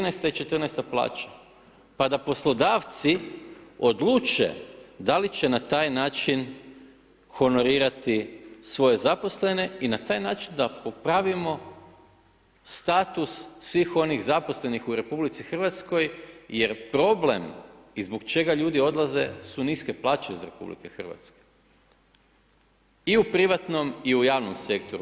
13.-ta i 14.-ta plaća, pa da poslodavci odluče da li će na taj način honorirati svoje zaposlene i na taj način da popravimo status svih onih zaposlenih u RH jer problem i zbog čega ljudi odlaze su niske plaće iz RH i u privatnom i u javnom sektoru.